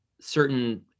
certain